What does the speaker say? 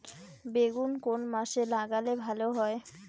বেগুন কোন মাসে লাগালে ভালো হয়?